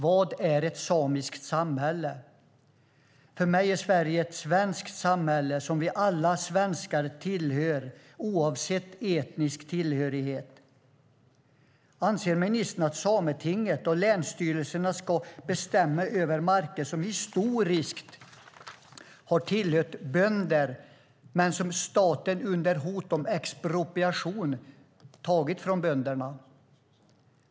Vad är ett samiskt samhälle? För mig är Sverige ett svenskt samhälle som vi alla svenskar tillhör, oavsett etnisk tillhörighet. Anser ministern att Sametinget och länsstyrelserna ska bestämma över marker som historiskt har tillhört bönder men som staten under hot om expropriation har tagit från bönderna?